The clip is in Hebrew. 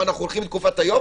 מה, אנחנו הולכים לתקופת היובש?